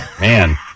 Man